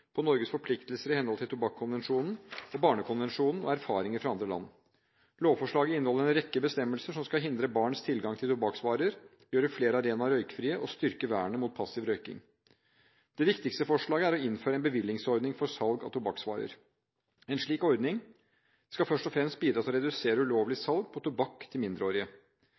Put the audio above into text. på Norges forpliktelser i henhold til Tobakkskonvensjonen og Barnekonvensjonen og erfaringer fra andre land. Lovforslaget inneholder en rekke bestemmelser som skal hindre barns tilgang til tobakksvarer, gjøre flere arenaer røykfrie og styrke vernet mot passiv røyking. Det viktigste forslaget er å innføre en bevillingsordning for salg av tobakksvarer. En slik ordning skal først og fremst bidra til å redusere ulovlig salg av tobakk til mindreårige.